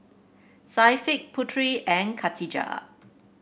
Syafiq Putri and Katijah